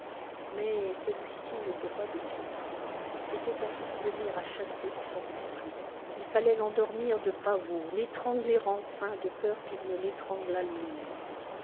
mais celui-ci n'était pas de ceux-là c'était un souvenir à chasser de son esprit il fallait l'endormir de pavots l'étrangler enfin de peur qu'il ne l'étranglât lui-même